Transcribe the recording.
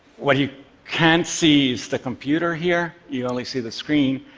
what you can't see is the computer here, you only see the screen,